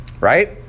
Right